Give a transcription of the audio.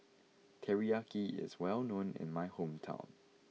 Teriyaki is well known in my hometown